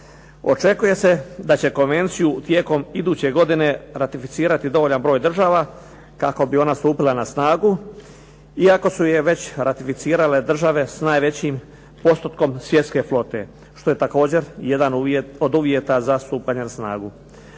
Očekuje se da će konvenciju tijekom iduće godine ratificirati dovoljan broj država, kako bi ona stupila na snagu, iako su je već ratificirale države s najvećim postotkom svjetske flote, što je također jedan od uvjeta za stupanje na snagu.